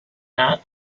that